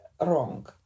wrong